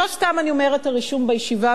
לא סתם אני אומרת "הרישום בישיבה",